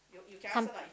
com~